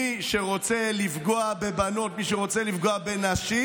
מי שרוצה לפגוע בבנות, מי שרוצה לפגוע בנשים,